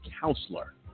counselor